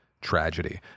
tragedy